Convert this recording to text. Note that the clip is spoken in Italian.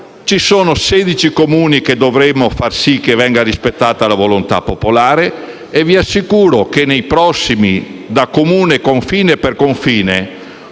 Grazie